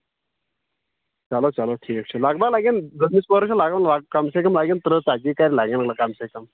چلو چلو ٹھیٖک چھُ لگ بھگ لگن دوٚیمِس پورَس چھُ لگان کَم سے کَم لگان ترٛہ ژتجی کَرِ لگان کَم سے کَم